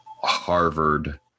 Harvard